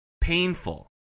painful